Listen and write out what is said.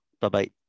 Bye-bye